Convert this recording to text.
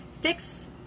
fix